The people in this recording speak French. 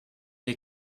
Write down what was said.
est